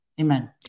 Amen